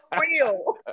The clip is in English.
real